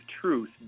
truth